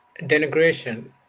Denigration